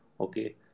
okay